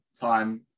time